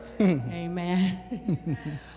Amen